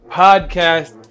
podcast